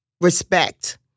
respect